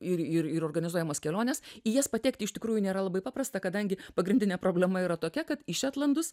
ir ir organizuojamos kelionės į jas patekti iš tikrųjų nėra labai paprasta kadangi pagrindinė problema yra tokia kad į šetlandus